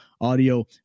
audio